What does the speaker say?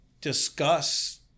discuss